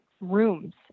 rooms